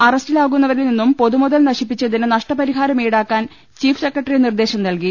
അറസ്റ്റിലാകുന്നവരിൽ നിന്നും പൊതുമുതൽ നശിപ്പിച്ചതിന് നഷ്ടപരിഹാരം ഈടാക്കാൻ ചീഫ് സെക്രട്ടറി നിർദേശം നൽകി